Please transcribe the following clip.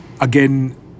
again